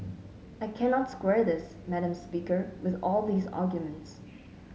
I cannot square this madam speaker with all these arguments